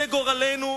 זה גורלנו?